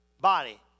body